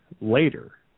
Later